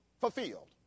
fulfilled